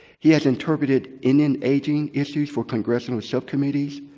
he has interpreted indian aging issues for congressional sub-committees,